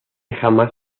jamás